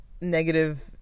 negative